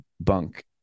bunk